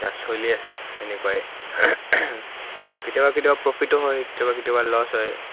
just চলি আছে এনেকুৱই কেতিয়াবা কেতিয়াবা প্ৰফিটো হয় কেতিয়াবা কেতিয়াবা লছ হয়